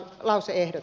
herra puhemies